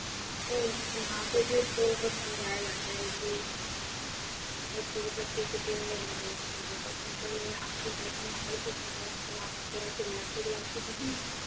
हाँ वह यह यहाँ पर भी उसको बहुत समझाया जाता है कि बहुत मतलब डिसिप्लिन में रहो समझो पर सुनता नहीं है आपके घर का माहौल कैसा है मतलब आप थोड़ा चिल्लाते विल्लाते हो कि नहीं उसे